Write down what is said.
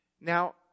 Now